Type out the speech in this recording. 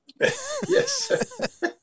Yes